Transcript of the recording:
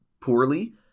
poorly